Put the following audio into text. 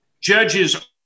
judges